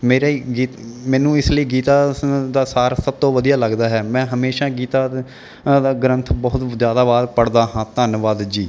ਮੇਰੇ ਗੀਤਾ ਮੈਨੂੰ ਇਸ ਲਈ ਗੀਤਾ ਦਾ ਸਾਰ ਸਭ ਤੋਂ ਵਧੀਆ ਲੱਗਦਾ ਹੈ ਮੈਂ ਹਮੇਸ਼ਾ ਗੀਤਾ ਦਾ ਦਾ ਗ੍ਰੰਥ ਬਹੁਤ ਜ਼ਿਆਦਾ ਵਾਰ ਪੜ੍ਹਦਾ ਹਾਂ ਧੰਨਵਾਦ ਜੀ